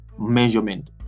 measurement